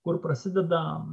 kur prasideda